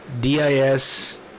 D-I-S